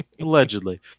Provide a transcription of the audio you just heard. allegedly